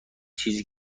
چیزی